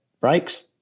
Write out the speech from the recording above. breaks